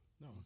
No